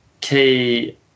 key